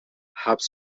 حبس